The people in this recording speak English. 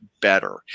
better